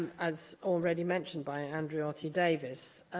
as already mentioned by andrew r t. davies,